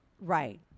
Right